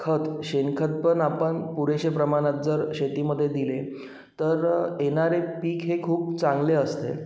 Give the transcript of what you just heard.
खत शेणखत पण आपण पुरेशे प्रमाणात जर शेतीमध्ये दिले तर येणारे पीक हे खूप चांगले असते